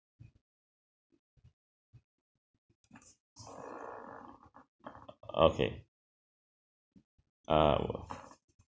okay err